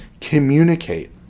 communicate